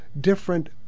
different